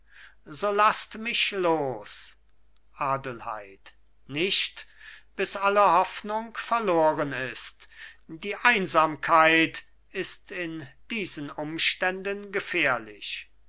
so laßt mich los adelheid nicht bis alle hoffnung verloren ist die einsamkeit ist in diesen umständen gefährlich